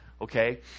okay